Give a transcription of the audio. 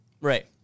right